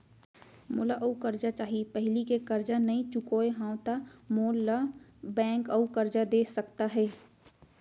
मोला अऊ करजा चाही पहिली के करजा नई चुकोय हव त मोल ला बैंक अऊ करजा दे सकता हे?